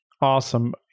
Awesome